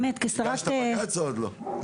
הגישו בגץ או עוד לא?